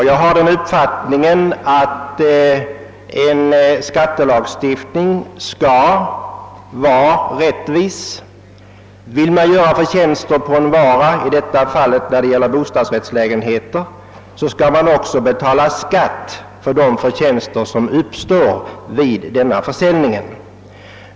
Jag har den uppfattningen att skattelagstiftningen skall vara rättvis. Vill man göra förtjänster på en vara — i detta fall på bostadsrättslägenheter — skall man också betala skatt på de vinster som uppstår vid denna försäljning.